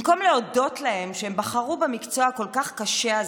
במקום להודות להם על שבחרו במקצוע הכל-כך קשה הזה,